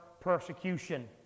persecution